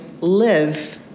live